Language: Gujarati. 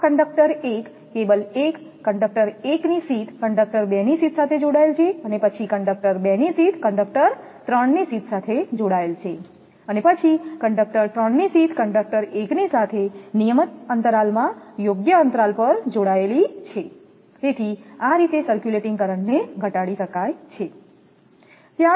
આ કંડક્ટર 1 કેબલ 1 કંડક્ટર 1 ની શીથ કંડક્ટર 2 ની સાથે જોડાયેલ છે અને પછી કંડક્ટર 2 ની શીથ કન્ડક્ટર 3 ની સાથે જોડાયેલ છે અને પછી કંડક્ટર 3 ની શીથ કન્ડક્ટર 1 ની સાથે નિયમિત અંતરાલમાં યોગ્ય અંતરાલ પર જોડાયેલ છે તેથી આ રીતે સર્ક્યુલેટિંગ કરંટ ને ઘટાડી શકાય છે